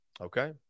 Okay